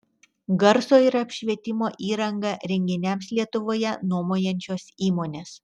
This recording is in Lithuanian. garso ir apšvietimo įrangą renginiams lietuvoje nuomojančios įmonės